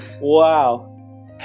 Wow